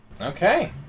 Okay